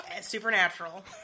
Supernatural